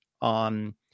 on